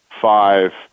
five